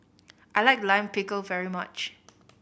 I like Lime Pickle very much